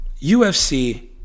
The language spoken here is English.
UFC